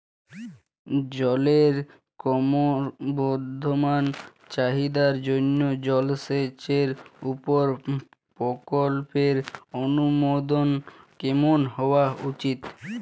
জলের ক্রমবর্ধমান চাহিদার জন্য জলসেচের উপর প্রকল্পের অনুমোদন কেমন হওয়া উচিৎ?